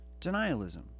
denialism